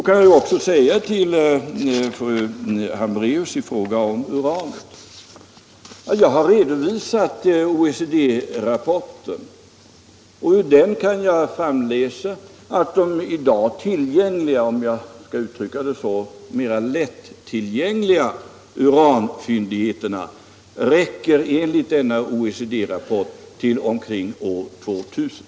Jag har, fru Hambraeus, redovisat OECD-rapporten om urantillgången. Ur den kan jag framläsa att de i dag mera lättillgängliga uranfyndigheterna räcker till omkring år 2000.